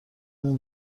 اون